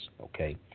okay